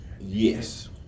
yes